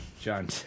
John